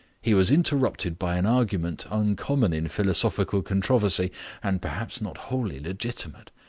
he was interrupted by an argument uncommon in philosophical controversy and perhaps not wholly legitimate.